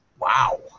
Wow